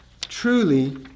truly